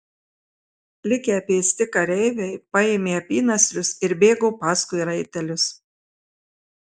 likę pėsti kareiviai paėmė apynasrius ir bėgo paskui raitelius